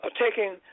taking